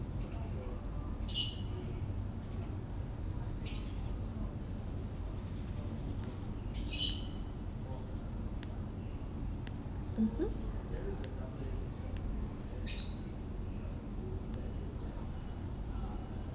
mmhmm